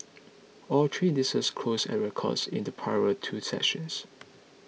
all three indices closed at records in the prior two sessions